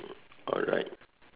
alright